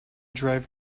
drive